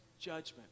judgment